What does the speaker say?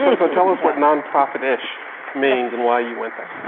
so tell us what nonprofit-ish means, and why you went that